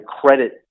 credit